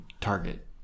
target